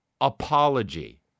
apology